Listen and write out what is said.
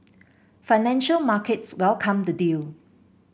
financial markets welcomed the deal